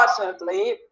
unfortunately